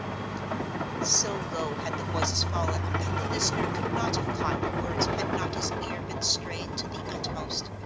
so low had the voices fallen that the listener could not have caught the words had not his ear been strained to the utmost.